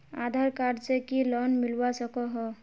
आधार card से की loan मिलवा सकोहो?